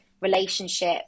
relationship